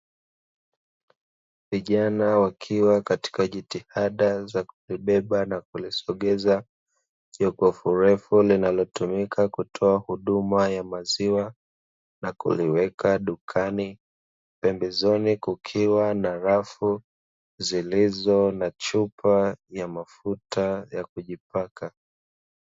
Vijana wakiwa katika jitihada za kulibeba na kulisogeza jokofu refu, linalotumika kutoa huduma ya maziwa nakuliweka dukani, pembezoni kukiwa na rafu zilizo na chupa mafuta ya kujipaka.